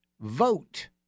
VOTE